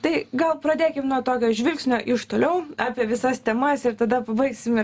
tai gal pradėkim nuo tokio žvilgsnio iš toliau apie visas temas ir tada pabaigsim